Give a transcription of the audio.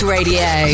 Radio